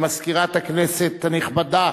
למזכירת הכנסת הנכבדה